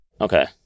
Okay